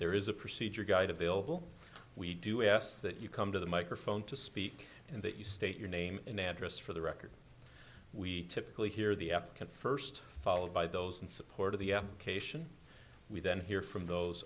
there is a procedure guide available we do ask that you come to the microphone to speak in that you state your name and address for the record we typically hear the etiquette first followed by those in support of the application we then hear from those